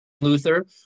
Luther